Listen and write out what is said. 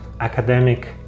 academic